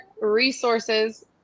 resources